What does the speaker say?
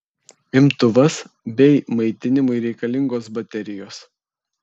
imtuvas bei maitinimui reikalingos baterijos